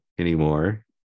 anymore